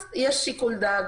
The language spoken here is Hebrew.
אז יש שיקול דעת.